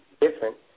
different